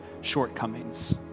shortcomings